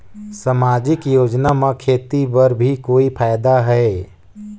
समाजिक योजना म खेती बर भी कोई फायदा है?